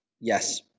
Yes